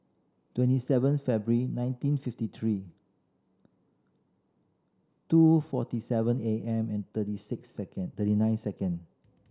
twenty seven February nineteen fifty three two forty seven A M and thirty six second thirty nine second